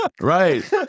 Right